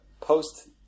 post